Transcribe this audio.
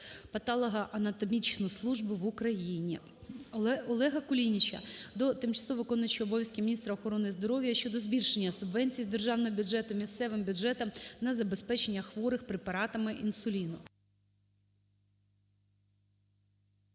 патологоанатомічну службу в Україні". Олега Кулініча до тимчасово виконуючої обов'язки міністра охорони здоров'я України щодо збільшення субвенції з державного бюджету місцевим бюджетам на забезпечення хворих препаратами інсуліну.